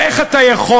הרי איך אתה יכול,